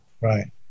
right